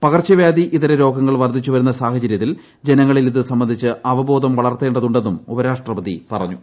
പകർച്ച വ്യാധി ഇതർ രോഗങ്ങൾ വർദ്ധിച്ചുവരുന്ന സാഹചര്യ ത്തിൽ ജനങ്ങളിൽ ഇതു സംബന്ധിച്ച് അവബോധം വളർത്തേണ്ടതു ണ്ടെന്നും ഉപരാഷ്ട്രപതി പറഞ്ഞു